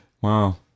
Wow